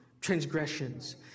transgressions